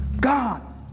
God